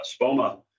SPOMA